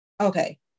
okay